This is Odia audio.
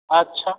ଆଚ୍ଛା